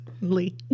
Lee